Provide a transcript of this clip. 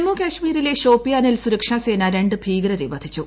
ജമ്മുകാശ്മീരിലെ ഷോപ്പിയാനിൽ സുരക്ഷ സേന രണ്ട് ന് ഭീകരരെ വധിച്ചു